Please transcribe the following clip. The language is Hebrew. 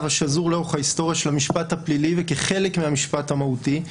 השזור לאורך ההיסטוריה של המשפט הפלילי וכחלק מהמשפט המהותי.